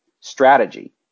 strategy